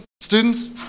students